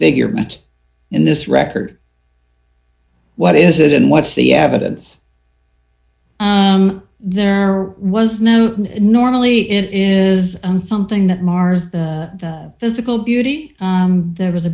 bigger much in this record what is it and what's the evidence there was no normally it is something that mars the physical beauty there was a